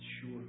sure